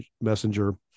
messenger